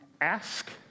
Ask